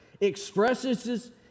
expresses